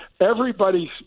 everybody's